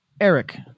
Eric